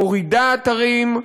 מורידה אתרים.